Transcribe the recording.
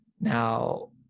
now